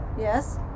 yes